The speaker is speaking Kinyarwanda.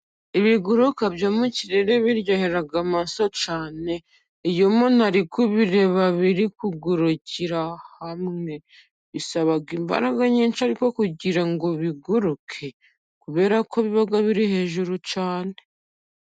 Ibiguruka byo mu kirere biryohera amaso cyane. iyo umuntu ari kubireba biri kugurukira hamwe bisaba imbaraga nyinshi ariko kugira ngo biguruke. Kubera ko biba biri hejuru cyane.